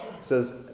says